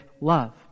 love